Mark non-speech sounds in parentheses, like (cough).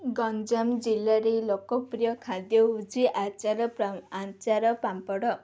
ଗଞ୍ଜାମ ଜିଲ୍ଲାରେ ଲୋକପ୍ରିୟ ଖାଦ୍ୟ ହେଉଛି ଆଚାର (unintelligible) ଆଚାର ପାମ୍ପଡ଼